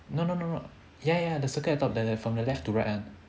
no no no ya the circle at the top from the left to right one